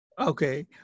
Okay